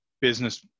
business